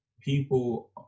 people